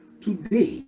Today